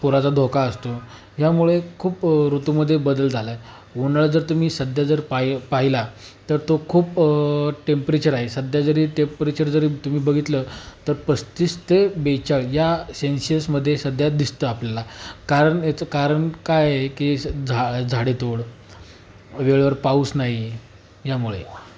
पुराचा धोका असतो ह्यामुळे खूप ऋतूमध्ये बदल झाला आहे उन्हाळा जर तुम्ही सध्या जर पाय पाहिला तर तो खूप टेम्परेचर आहे सध्या जरी टेम्परेचर जरी तुम्ही बघितलं तर पस्तीस ते बेचाळ या सेन्सियसमध्ये सध्या दिसतं आपल्याला कारण याचं कारण काय आहे की झा झाडेतोड वेळेवर पाऊस नाही आहे यामुळे